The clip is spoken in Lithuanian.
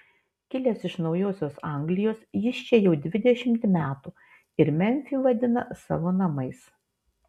kilęs iš naujosios anglijos jis čia jau dvidešimt metų ir memfį vadina savo namais